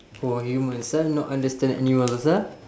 oh humans ah not understand animals ah